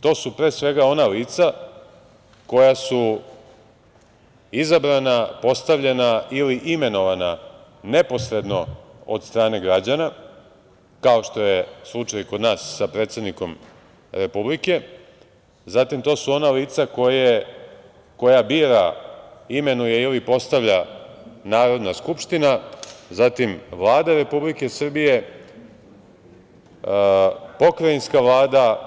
To su ona lica koja su izabrana, postavljena ili imenovana neposredno od strane građana, kao što je slučaj kod nas sa predsednikom Republike, zatim to su ona lica koja bira, imenuje ili postavlja Narodna skupština, zatim Vlada Republike Srbije, pokrajinska Vlada,